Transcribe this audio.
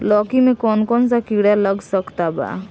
लौकी मे कौन कौन सा कीड़ा लग सकता बा?